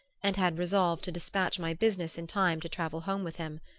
and had resolved to despatch my business in time to travel home with him.